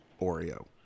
Oreo